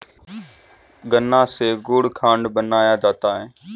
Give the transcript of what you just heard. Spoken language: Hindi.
गन्ना से गुड़ खांड बनाया जाता है